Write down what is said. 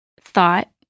thought